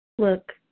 Look